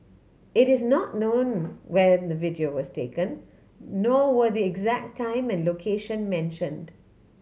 it is not known when the video was taken nor were the exact time and location mentioned